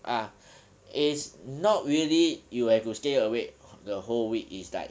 ah it's not really you have to stay awake the whole week it's like